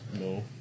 No